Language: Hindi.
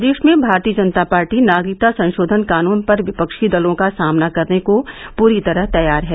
प्रदेश में भारतीय जनता पार्टी नागरिकता संशोधन कानून पर विपक्षी दलों का सामना करने को पूरी तरह तैयार है